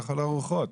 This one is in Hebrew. לכל הרוחות,